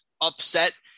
upset